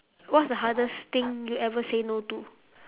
what's the hardest thing you ever say no to